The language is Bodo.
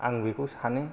आं बेखौ सानो